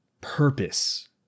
purpose